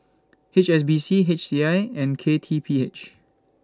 H S B C H C I and K T P H